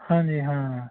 ਹਾਂਜੀ ਹਾਂ